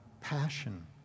passion